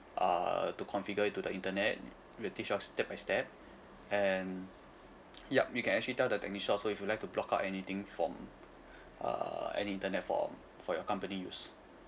uh to configure it to the internet they will teach out step by step and yup you can actually tell the technician also if you like to block out anything form uh any internet for for your company use